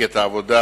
מפלגת העבודה,